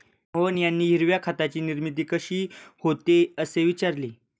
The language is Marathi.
मोहन यांनी हिरव्या खताची निर्मिती कशी होते, असे विचारले